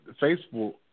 Facebook